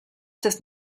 des